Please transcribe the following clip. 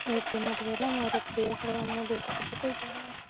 ଏହି ତିନୋଟି ହେଲା ମୋର ପ୍ରିୟ ଖେଳ ମୁଁ ବେଶୀ କିଛି କହି ପାରିବିନି